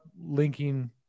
linking